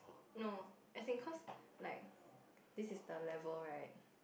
no as in cause like this is the level right